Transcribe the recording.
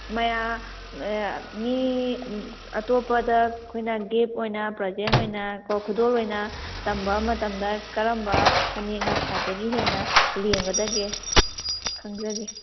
ꯃꯤ ꯑꯇꯣꯞꯄꯗ ꯑꯩꯈꯣꯏꯅ ꯒꯤꯐ ꯑꯣꯏꯅ ꯄ꯭ꯔꯖꯦꯟ ꯑꯣꯏꯅꯀꯣ ꯈꯨꯗꯣꯜ ꯑꯣꯏꯅ ꯇꯝꯕ ꯃꯇꯝꯗ ꯀꯔꯝꯕ ꯐꯅꯦꯛꯅ ꯈ꯭ꯋꯥꯏꯗꯒꯤ ꯍꯦꯟꯅ ꯂꯦꯝꯒꯗꯒꯦ ꯈꯪꯖꯒꯦ